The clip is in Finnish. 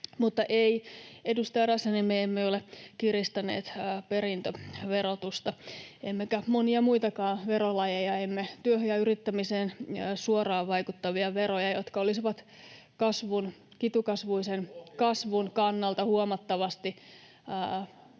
Mutta, edustaja Räsänen, me emme ole kiristäneet perintöverotusta emmekä monia muitakaan verolajeja, emme työhön ja yrittämiseen suoraan vaikuttavia veroja, jotka olisivat kituliaan kasvun kannalta [Vilhelm